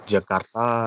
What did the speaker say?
Jakarta